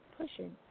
pushing